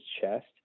chest